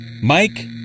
Mike